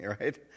right